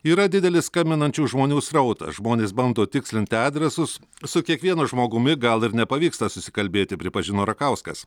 yra didelis skambinančių žmonių srautas žmonės bando tikslinti adresus su kiekvienu žmogumi gal ir nepavyksta susikalbėti pripažino rakauskas